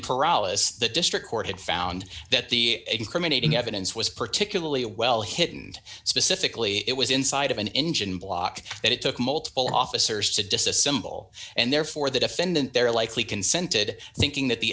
paralysis the district court had found that the incriminating evidence was particularly well hidden and specifically it was inside of an engine block that it took multiple officers to disassemble and therefore the defendant there likely consented thinking that the